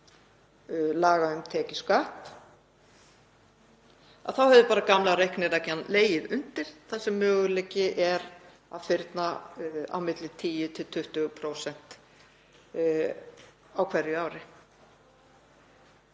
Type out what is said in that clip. laga um tekjuskatt þá hefði bara gamla reiknireglan legið undir þar sem möguleiki er að fyrna á milli 10–20% á hverju ári.